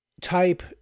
type